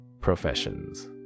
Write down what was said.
professions